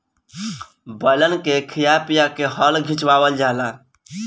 बैलन के खिया पिया के हल खिचवावल जाला